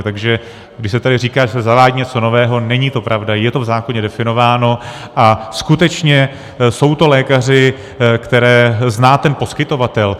Takže když se tady říká, že se zavádí něco nového, není to pravda, je to v zákoně definováno, a skutečně jsou to lékaři, které zná ten poskytovatel.